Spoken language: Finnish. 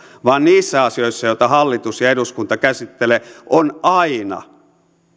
vaan niissä asioissa joita hallitus ja eduskunta käsittelevät on aina